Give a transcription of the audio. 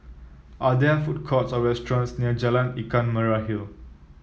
are there food courts or restaurants near Jalan Ikan Merah Hill